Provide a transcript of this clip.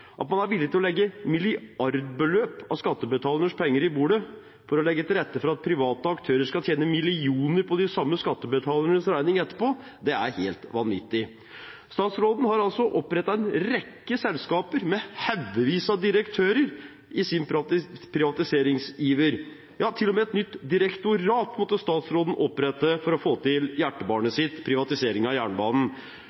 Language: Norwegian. At man er villig til å legge milliardbeløp av skattebetalernes penger på bordet for å legge til rette for at private aktører skal tjene millioner på de samme skattebetalernes regning etterpå, er helt vanvittig. Statsråden har opprettet en rekke selskaper med haugevis av direktører i sin privatiseringsiver. Til og med et nytt direktorat måtte statsråden opprette for å få til hjertebarnet